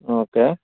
okay